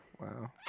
Wow